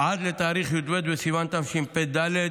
עד לתאריך י"ב בסיוון תשפ"ד,